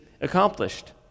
accomplished